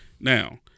Now